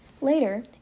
Later